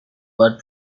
but